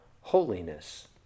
holiness